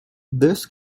this